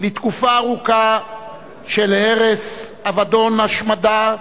לתקופה ארוכה של הרס, אבדון, השמדה,